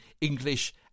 English